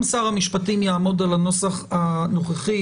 אם שר המשפטים יעמוד על הנוסח הנוכחי,